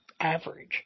average